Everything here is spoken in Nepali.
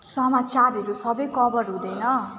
समाचारहरू सबै कभर हुँदैन